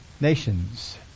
nations